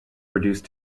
reduce